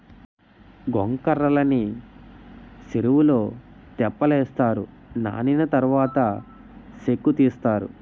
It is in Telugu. గొంకర్రలని సెరువులో తెప్పలేస్తారు నానిన తరవాత సేకుతీస్తారు